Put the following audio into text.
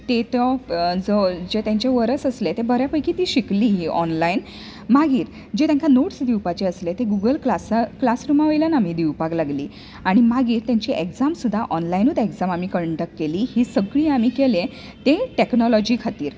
ती तो जो जें तेंचें वरस आसलें तें बऱ्या पैकी तीं शिकलीं ऑनलाइन मागीर जे तेंका नाॅट्स दिवपाचे आसले तें गुगल क्लासा क्लासरुमा वयल्यान आमी दिवपाक लागलीं आनी मागीर तेंची एक्जाम सुद्दां ऑनलायनूत आमी कंडक्ट केली ही सगळी आमी केलें तें टेक्नोलाॅजी खातीर